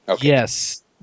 Yes